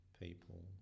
people